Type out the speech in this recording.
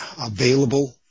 available